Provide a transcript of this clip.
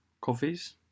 Coffees